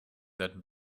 that